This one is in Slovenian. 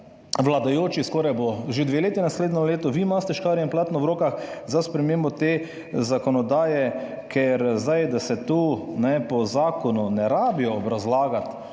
(nadaljevanje) že dve leti naslednje leto, vi imate škarje in platno v rokah za spremembo te zakonodaje, ker zdaj, da se tu po zakonu ne rabijo obrazlagati